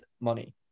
money